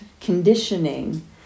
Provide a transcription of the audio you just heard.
conditioning